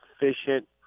efficient